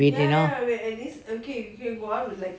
a bit you know